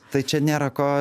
tai čia nėra ko